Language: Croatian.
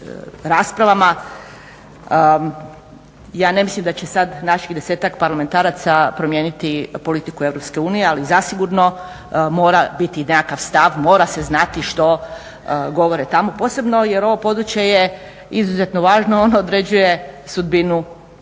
Ja ne mislim da će sad naših desetak parlamentaraca promijeniti politiku Europske unije ali zasigurno mora biti nekakav stav, mora se znati što govore tamo posebno jer ovo područje je izuzetno važno, ono određuje sudbinu,